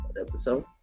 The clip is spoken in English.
episode